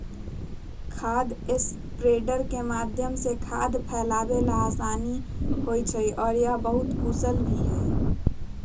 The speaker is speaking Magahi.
खाद स्प्रेडर के माध्यम से खाद फैलावे ला आसान हई और यह बहुत कुशल भी हई